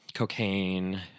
cocaine